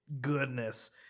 Goodness